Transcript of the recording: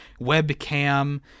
webcam